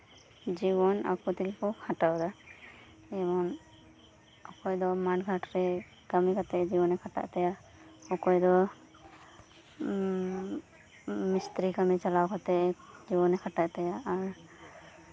ᱡᱤᱵᱚᱱ ᱟᱠᱚ ᱛᱮᱜᱮ ᱠᱚ ᱠᱷᱟᱴᱟᱣ ᱫᱟ ᱢᱟᱱᱮ ᱚᱠᱚᱭ ᱫᱚ ᱢᱟᱴᱷ ᱜᱷᱟᱴᱨᱮ ᱠᱟᱹᱢᱤ ᱠᱟᱛᱮᱜ ᱡᱤᱵᱚᱱ ᱮ ᱠᱷᱟᱴᱟᱣ ᱮᱫ ᱛᱟᱭᱟ ᱚᱠᱚᱭ ᱫᱚ ᱢᱤᱥᱛᱤᱨᱤ ᱠᱟᱹᱢᱤ ᱪᱟᱞᱟᱣ ᱠᱟᱛᱮᱜ ᱡᱤᱵᱚᱱᱮ ᱠᱷᱟᱴᱟᱣ ᱮᱫ ᱛᱟᱭᱟ ᱟᱨ